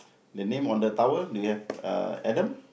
the name on the tower do you have uh Adam